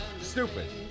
Stupid